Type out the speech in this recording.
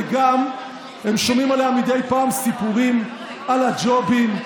וגם הם שומעים עליה מדי פעם סיפורים, על הג'ובים,